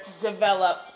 develop